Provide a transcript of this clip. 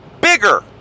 bigger